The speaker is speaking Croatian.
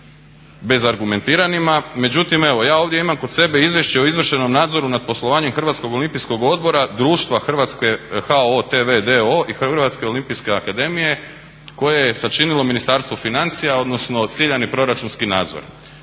bez argumentiranima, međutim evo ja ovdje imam kod sebe izvješće o izvršenom nadzoru nad poslovanjem Hrvatskog olimpijskog odbora društva HOO TV d.o.o. i Hrvatske olimpijske akademije koje je sačinilo Ministarstvo financija odnosno ciljani proračunski nadzor.